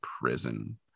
prison